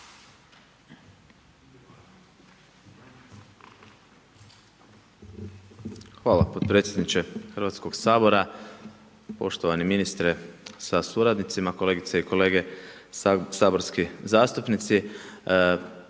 Hvala potpredsjedniče Hrvatskoga sabora, poštovani ministre sa suradnicima, kolegice i kolege saborski zastupnici.